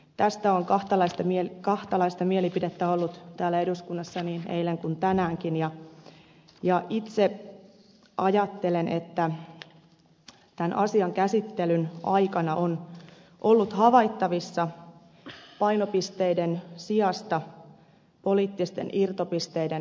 tästä on kahtalaista mielipidettä ollut täällä eduskunnassa niin eilen kuin tänäänkin ja itse ajattelen että tämän asian käsittelyn aikana on ollut havaittavissa painopisteiden sijasta poliittisten irtopisteiden keruuta